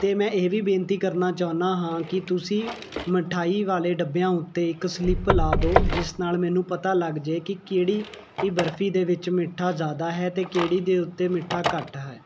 ਅਤੇ ਮੈਂ ਇਹ ਵੀ ਬੇਨਤੀ ਕਰਨਾ ਚਾਹੁੰਦਾ ਹਾਂ ਕਿ ਤੁਸੀਂ ਮਿਠਾਈ ਵਾਲੇ ਡੱਬਿਆਂ ਉੱਤੇ ਇੱਕ ਸਲਿੱਪ ਲਗਾ ਦਿਓ ਜਿਸ ਨਾਲ਼ ਮੈਨੂੰ ਪਤਾ ਲੱਗ ਜੇ ਕਿ ਕਿਹੜੀ ਬਰਫ਼ੀ ਦੇ ਵਿੱਚ ਮਿੱਠਾ ਜ਼ਿਆਦਾ ਹੈ ਅਤੇ ਕਿਹੜੀ ਦੇ ਉੱਤੇ ਮਿੱਠਾ ਘੱਟ ਹੈ